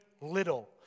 little